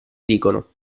dicono